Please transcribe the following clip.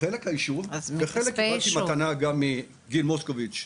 חלק הישוב וחלק קיבלתי מתנה גם מגיל מוסקוביץ',